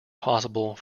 possible